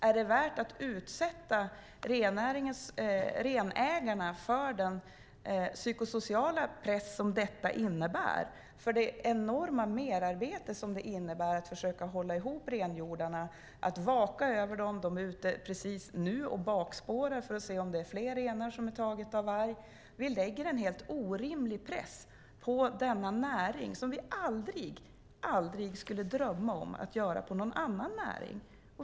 Är det värt att utsätta renägarna för den psykosociala press som detta innebär och för det enorma merarbete som det innebär att försöka hålla ihop renhjordarna? Man måste vaka över dem. De är ute precis nu och bakspårar för att se om det är fler renar som är tagna av varg. Vi lägger en helt orimlig press på denna näring som vi aldrig skulle drömma om att lägga på någon annan näring.